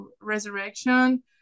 resurrection